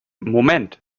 moment